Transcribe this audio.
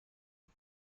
que